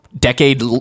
Decade